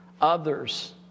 others